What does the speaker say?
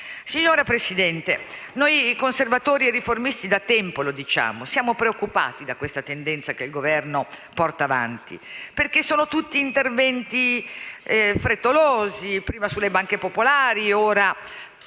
Signora Presidente, noi Conservatori e Riformisti da tempo diciamo di essere preoccupati dalla tendenza che il Governo porta avanti, perché sono tutti interventi frettolosi: prima le banche popolari -